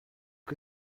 que